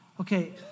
Okay